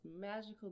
magical